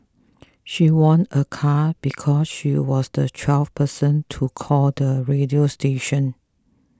she won a car because she was the twelfth person to call the radio station